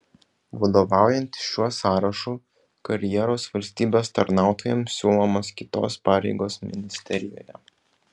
vadovaujantis šiuo sąrašu karjeros valstybės tarnautojams siūlomos kitos pareigos ministerijoje